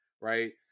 Right